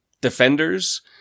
defenders